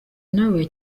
nawe